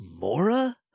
Mora